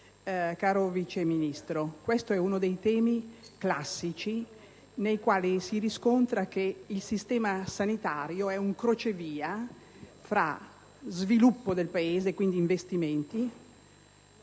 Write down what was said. Caro Vice Ministro, questo è uno dei temi classici nei quali si riscontra che il sistema sanitario è un crocevia tra sviluppo del Paese, e quindi investimenti,